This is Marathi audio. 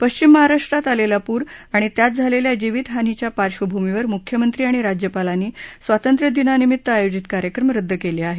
पश्विम महाराष्ट्रात आलेला पूर आणि त्यात झालेल्या जीवित हानीच्या पार्वभूमीवर मुख्यमंत्री आणि राज्यपालांनी स्वातंत्र्यदिनानिमित्त आयोजित कार्यक्रम रद्द केले आहेत